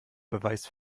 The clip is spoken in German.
beweis